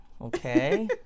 okay